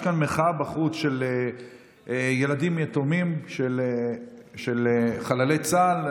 יש כאן מחאה בחוץ של ילדים יתומים של חללי צה"ל,